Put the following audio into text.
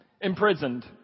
imprisoned